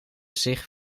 zich